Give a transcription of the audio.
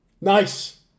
Nice